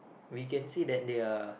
we can say that they are